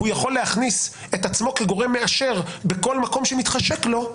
הוא יכול להכניס את עצמו כגורם מאשר בכל מקום שמתחשק לו,